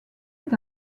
est